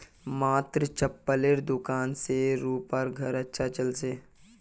मात्र चप्पलेर दुकान स रूपार घर अच्छा चल छ